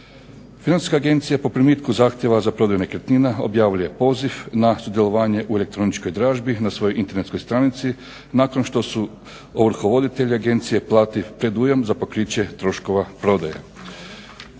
Financijska agencija po primitku zahtjeva za prodaju nekretnina objavljuje poziv na sudjelovanje u elektroničkoj dražbi, na svojoj internetskoj stranici nakon što su ovrhovoditelji agencije platili predujam za pokriće troškova prodaje.